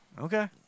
Okay